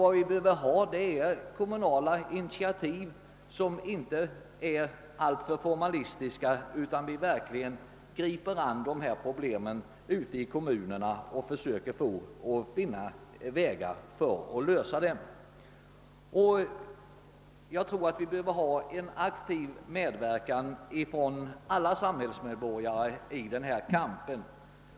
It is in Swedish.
Vad vi behöver är kommunala initiativ som inte är alltför formalistiska; vi måste ta itu med problemen ute i kommunerna och försöka finna vägar för att lösa dem. Jag tror att det behövs en aktiv medverkan från alla samhällsmedborgare i denna kamp.